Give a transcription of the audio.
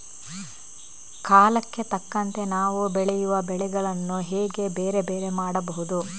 ಕಾಲಕ್ಕೆ ತಕ್ಕಂತೆ ನಾವು ಬೆಳೆಯುವ ಬೆಳೆಗಳನ್ನು ಹೇಗೆ ಬೇರೆ ಬೇರೆ ಮಾಡಬಹುದು?